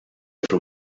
from